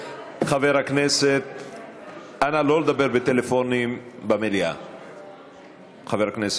אנחנו עוברים להצעת חוק לתיקון פקודת התעבורה (מס' 117)